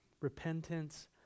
Repentance